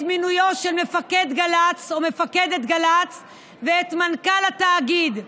מינוים של מפקד גל"צ או מפקדת גל"צ ומנכ"ל התאגיד,